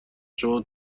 شما